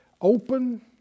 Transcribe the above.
open